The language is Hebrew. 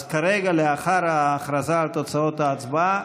אז כרגע, לאחר ההכרזה על תוצאות ההצבעה,